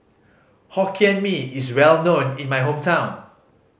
Hokkien Mee is well known in my hometown